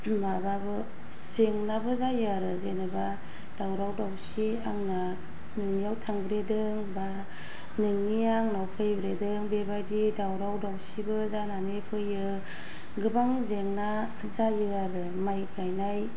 माबाबो जेंनाबो जायो आरो जेनेबा दावराव दावसि आंना नोंंनियाव थांदेरदों बा नोंनिया आंनाव फैब्रेदों बेबायदि दावराव दावसिबो जानानै फैयो गोबां जेंना जायो आरो माइ गायनाय